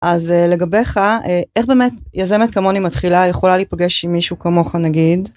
אז לגביך, איך באמת יזמת כמוני מתחילה יכולה להיפגש עם מישהו כמוך נגיד?